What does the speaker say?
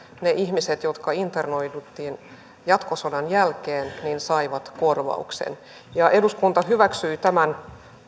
ne ihmiset jotka internoitiin jatkosodan jälkeen saivat korvauksen eduskunta hyväksyi tämän